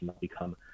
become